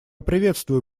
приветствую